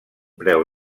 preu